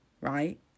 right